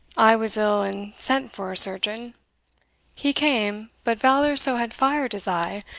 i was ill, and sent for a surgeon he came but valour so had fired his eye,